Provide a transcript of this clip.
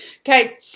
Okay